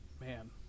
Man